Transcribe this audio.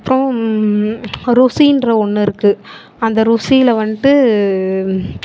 அப்றம் ருசின்ற ஒன்று இருக்கு அந்த ருசியில் வந்துட்டு